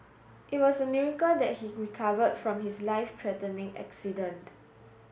it was a miracle that he recovered from his life threatening accident